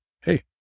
Hey